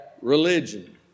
religion